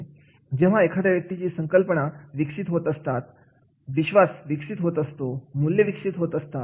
जेव्हा एखाद्या व्यक्तीच्या संकल्पना विकसित होत असतात विश्वास विकसित होत असतोमूल्य विकसित होत असतात